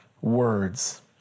words